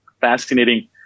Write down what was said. fascinating